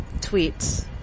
tweets